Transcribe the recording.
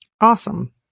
Awesome